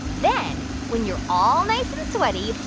then when you're all nice and sweaty,